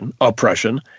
oppression